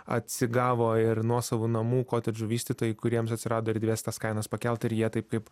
atsigavo ir nuosavų namų kotedžų vystytojai kuriems atsirado erdvės tas kainas pakelt ir jie taip kaip